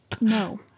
No